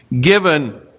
given